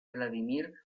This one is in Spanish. vladímir